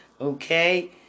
Okay